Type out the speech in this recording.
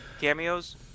cameos